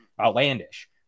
outlandish